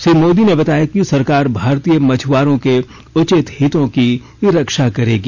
श्री मोदी ने बताया कि सरकार भारतीय मछुआरों के उचित हितों की रक्षा करेगी